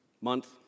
month